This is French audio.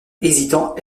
hésitant